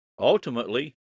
Ultimately